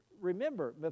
remember